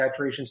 saturations